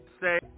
say